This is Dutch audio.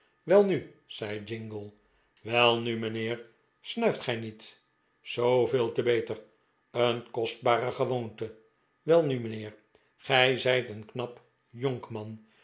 welnu zei jingle welnu mijnheer snuift gij niet r zooveel te beter een kostbare gewoonte welnu mijnheer gij zijt een knap jonkmari